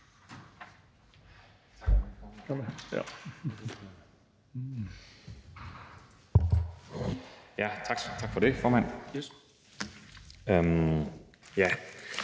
Tak for det, formand,